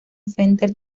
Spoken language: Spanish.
fender